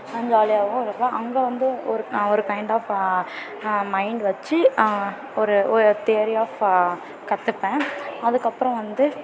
ஜாலியாகவும் இருக்கும் அங்கே வந்து ஒரு நான் ஒரு கைன்ட் ஆஃப் மைண்டு வெச்சு ஒரு ஒரு தியரி ஆஃப் கற்றுப்பேன் அதுக்கப்புறம் வந்து